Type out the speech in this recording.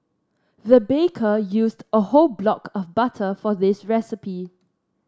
the baker used a whole block of butter for this recipe